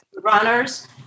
runners